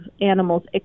animals